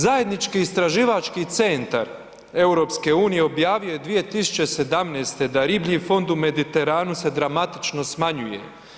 Zajednički istraživački centar EU objavio je 2017. da riblji fond u Mediteranu se dramatično smanjuje.